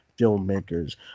filmmakers